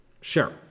Sure